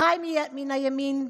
אחיי מן הימין,